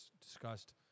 discussed